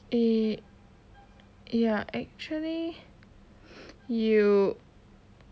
eh ya actually you